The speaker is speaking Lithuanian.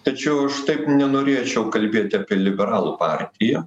tačiau aš taip nenorėčiau kalbėti apie liberalų partiją